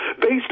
based